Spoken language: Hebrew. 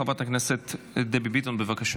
חברת הכנסת דבי ביטון, בבקשה.